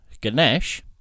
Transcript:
Ganesh